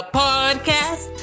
podcast